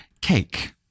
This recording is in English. cake